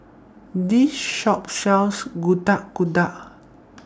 This Shop sells Getuk Getuk